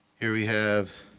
here we have